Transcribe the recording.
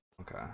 Okay